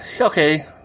Okay